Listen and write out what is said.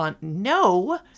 No